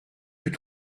plus